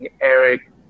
Eric